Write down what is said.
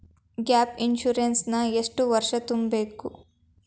Gap insurance ನ ಎಷ್ಟ್ ವರ್ಷ ತುಂಬಕು?